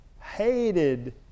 hated